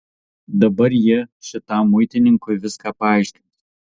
dabar ji šitam muitininkui viską paaiškins